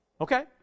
Okay